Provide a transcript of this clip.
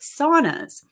saunas